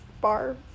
bar